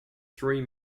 three